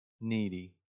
needy